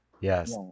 yes